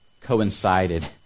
coincided